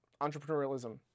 entrepreneurialism